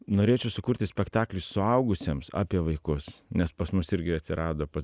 norėčiau sukurti spektaklį suaugusiems apie vaikus nes pas mus irgi atsirado pas